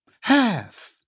Half